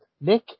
Nick